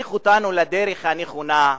תדריך אותנו לדרך הנכונה,